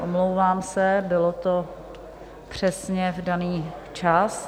Omlouvám se, bylo to přesně v daný čas.